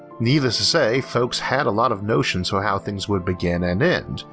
needless to say folks had a lot of notions for how things would begin and end,